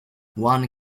one